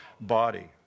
body